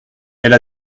elle